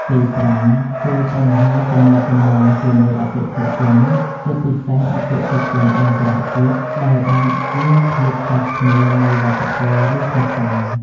ទីប្រាំ គឺ បញ្ហាទំនាក់ទំនងជាមួយអតិថិជន ជាពិសេសអតិថិជនអន្តរជាតិ ដែលអាចមានភាពខុសគ្នានៃវប្បធម៌ ឬភាសា។